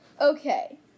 Okay